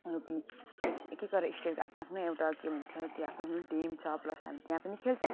अरू पनि एक एकवटा स्टेट आफ्नो आफ्नो एउटा के भन्छ त्यहाँ आफ्नो आफ्नो टिम छ प्लस हामी त्यहाँ पनि खेल्छ